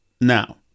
now